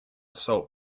salt